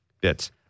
bits